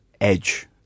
Edge